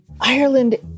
Ireland